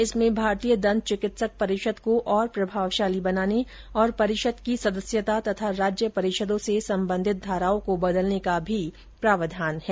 इसमें भारतीय दंत चिकित्सक परिषद को और प्रभावशाली बनाने तथा परिषद की सदस्यता तथा राज्य परिषदों से संबंधित धाराओं को बदलने का भी प्रावधान है